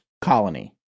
colony